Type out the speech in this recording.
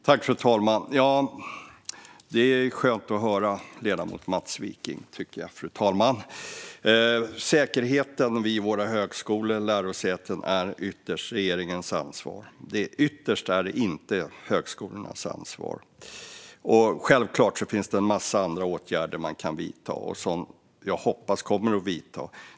Fru talman! Det är skönt att höra det ledamoten Mats Wiking säger. Säkerheten vid våra högskolor och lärosäten är ytterst regeringens ansvar. Det är inte ytterst högskolornas ansvar. Självklart finns det en massa andra åtgärder man kan vidta och som jag hoppas kommer att vidtas.